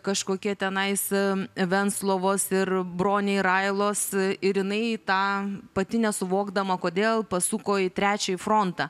kažkokie tenais venclovos ir broniai railos ir jinai tą pati nesuvokdama kodėl pasuko į trečiąjį frontą